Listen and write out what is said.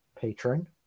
patron